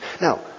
Now